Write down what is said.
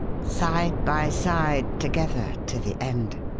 side by side together to the end.